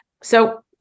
So-